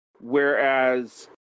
Whereas